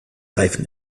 reifen